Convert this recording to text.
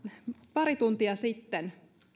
pari tuntia sitten